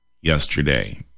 yesterday